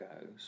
goes